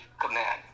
command